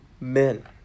men